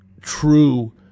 true